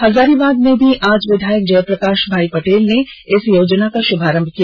हजारीबाग में भी आज विधायक जयप्रकाष भाई पटेल ने इस योजना का श्भारंभ किया